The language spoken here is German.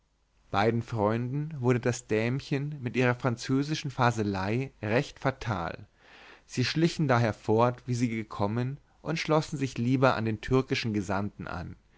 beiden freunden wurde das dämchen mit ihrer französischen faselei recht fatal sie schlichen daher fort wie sie gekommen und schlossen sich lieber an den türkischen gesandten an